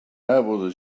able